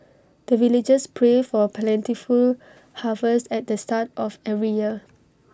the villagers pray for plentiful harvest at the start of every year